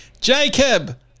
Jacob